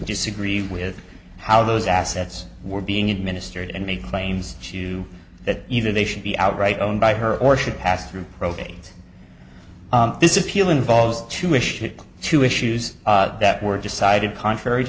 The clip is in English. disagree with how those assets were being administered and made claims to that either they should be outright owned by her or should pass through probate this appeal involves two wished it two issues that were decided contrary